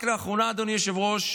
רק לאחרונה, אדוני היושב-ראש,